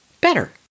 better